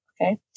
Okay